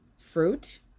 fruit